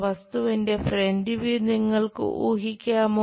വസ്തുവിന്റെ front view നിങ്ങൾക്ക് ഊഹിക്കാമോ